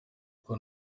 kuko